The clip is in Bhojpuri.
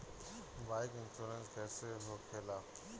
बाईक इन्शुरन्स कैसे होखे ला?